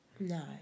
No